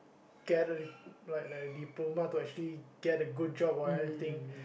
get a like like a diploma to actually get a good job or anything